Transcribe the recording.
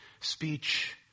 speech